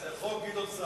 זה חוק גדעון סער.